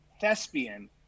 thespian